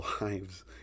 lives